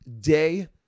day